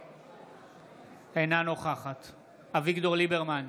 אינה נוכחת אביגדור ליברמן,